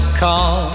call